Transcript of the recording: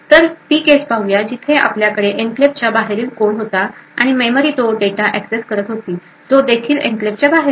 तर ती केस पाहूया जिथे आपल्याकडे एन्क्लेव्हच्या बाहेर कोड होताआणि मेमरी तो डेटा एक्सेस करत होती जो देखील एन्क्लेव्हच्या बाहेर होता